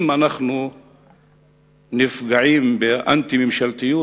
אם אנחנו נפגעים באנטי-ממשלתיות,